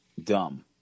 dumb